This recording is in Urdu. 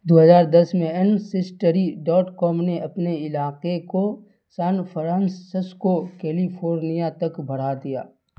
دو ہزار دس میں اینسیسٹری ڈاٹ کام نے اپنے علاقے کو سان فرانسسکو کیلیفورنیا تک بڑھا دیا